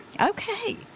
Okay